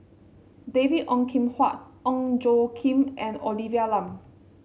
David Ong Kim Huat Ong Tjoe Kim and Olivia Lum